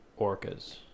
orcas